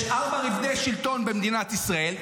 יש ארבעה רובדי שלטון במדינת ישראל,